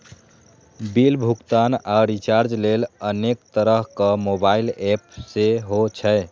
bill भुगतान आ recharge लेल अनेक तरहक मोबाइल एप सेहो छै